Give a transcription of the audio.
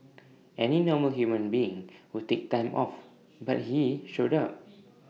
any normal human being would take time off but he showed up